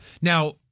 Now